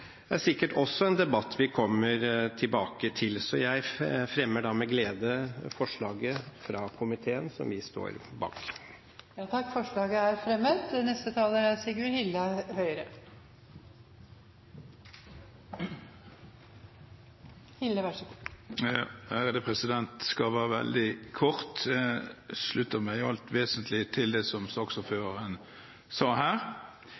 er sikkert også en debatt vi kommer tilbake til. Jeg fremmer da med glede forslaget som vi står bak. Representanten Hans Olav Syversen har tatt opp det forslaget han refererte til. Jeg skal være veldig kort. Jeg slutter meg i alt vesentlig til det som saksordføreren sa her.